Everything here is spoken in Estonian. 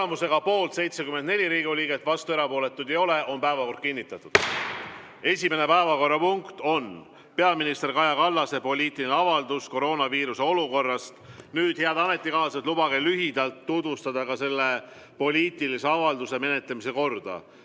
Tulemusega poolt 74 Riigikogu liiget, vastuolijaid ja erapooletuid ei ole on päevakord kinnitatud. Esimene päevakorrapunkt on peaminister Kaja Kallase poliitiline avaldus koroonaviiruse olukorrast. Nüüd, head ametikaaslased, lubage lühidalt tutvustada selle poliitilise avalduse menetlemise korda.